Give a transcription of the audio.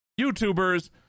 YouTubers